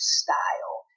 style